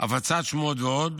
הפצת שמועות ועוד,